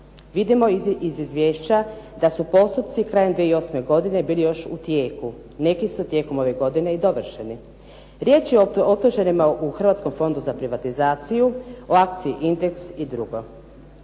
Vidimo iz izvješća da su postupci krajem 2008. godine bili još u tijeku. Neki su tijekom ove godine i dovršeni. Riječ je o .../Govornica se ne razumije./... u Hrvatskom fondu za privatizaciji, o akciji "Indeks" i drugo.